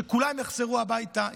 שכולם יחזרו הביתה.